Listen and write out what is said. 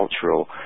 cultural